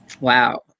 wow